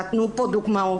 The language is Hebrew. נתנו פה דוגמאות.